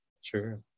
Sure